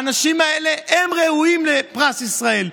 האנשים האלה, הם ראויים לפרס ישראל.